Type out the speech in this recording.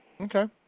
Okay